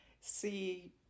see